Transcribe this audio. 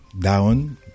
down